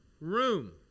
room